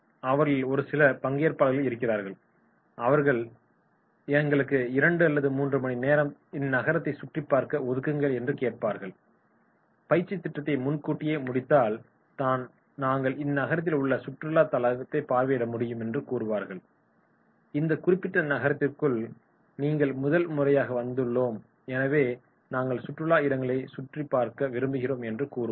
அவர்களில் ஒரு சில பங்கேற்பாளர்கள் இருக்கிறார்கள் அவர்கள் எங்களுக்கு 2 3 மணி நேரம் இந்நகரத்தை சுற்றிப்பார்க்க ஒதுக்குங்கள் என்று கேட்பார்கள் பயிற்சித் திட்டத்தை முன்கூட்டியே முடித்தால் தான் நாங்கள் இந்நகரத்தில் உள்ள சுற்றுலா தளத்தைப் பார்வையிட முடியும் என்று கூறுவார்கள் இந்த குறிப்பிட்ட நகரத்திற்கு நாங்கள் முதல் முறையாக வந்துள்ளோம் எனவே நாங்கள் சுற்றுலா இடங்களை சுற்றிப்பார்க்க விரும்புகிறோம் என்று கூறுவார்கள்